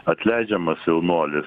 atleidžiamas jaunuolis